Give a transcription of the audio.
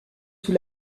sous